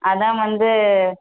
அதுதான் வந்து